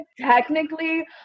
technically